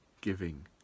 giving